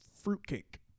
fruitcake